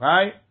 Right